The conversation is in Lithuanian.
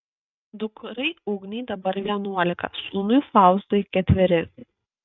dukrai ugnei dabar vienuolika sūnui faustui ketveri